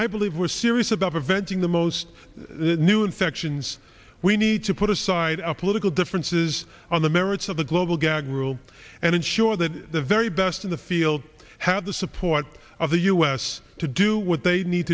i believe was serious about avenging the most new infections we need to put aside political differences on the merits of the global gag rule and ensure that the very best in the field have the support of the u s to do what they need